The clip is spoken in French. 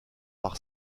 par